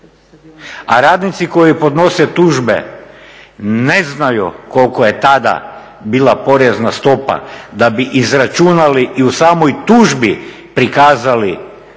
a radnici koji podnose tužbe ne znaju koliko je tada bila porezna stopa da bi izračunali i u samoj tužbi prikazali